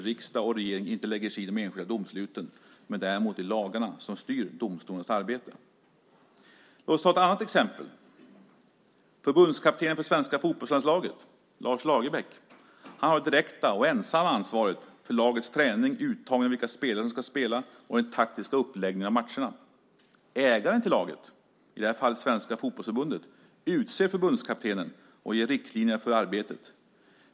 Riksdag och regering lägger sig inte i de enskilda domsluten men däremot lagarna som styr domstolens arbete. Låt oss ta ett annat exempel. Förbundskaptenen för det svenska fotbollslandslaget, Lars Lagerbäck, har det direkta och ensamma ansvaret för lagets träning, uttagning av vilka spelare som ska spela och den taktiska uppläggningen av matcherna. Ägaren till laget, i det här fallet Svenska Fotbollförbundet, utser förbundskaptenen och ger riktlinjer för arbetet.